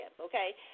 Okay